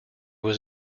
was